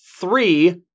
three